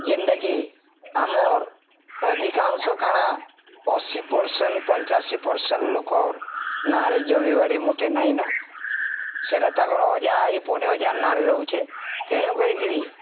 ଯେନ୍ଟାକି ଆମର୍ ଅଧିକାଂଶ କାଣା ଅଶୀ ପରର୍ସେଣ୍ଟ ପଞ୍ଚାଅଶୀ ପରର୍ସେଣ୍ଟ ଲୋକର ନାଁରେ ଜମି ବାଡ଼ି ମୋଟେ ନାଇଁନ ସେଟା ତାଙ୍କର ଅଜା ଆଇ ପନି ଅଜା ନାଁରେ ରହୁଛେ ତେଣୁ କରିକିରି